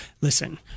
Listen